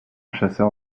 chasseur